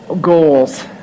goals